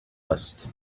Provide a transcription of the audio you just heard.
است